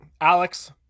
Alex